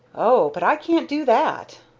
oh, but i can't do that!